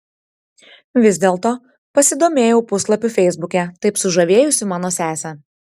vis dėlto pasidomėjau puslapiu feisbuke taip sužavėjusiu mano sesę